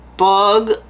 bug